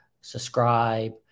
subscribe